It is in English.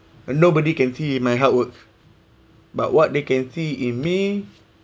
uh nobody can see my hard work but what they can see in me